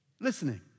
listening